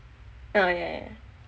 oh yah yah